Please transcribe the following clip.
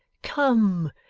come.